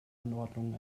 anordnungen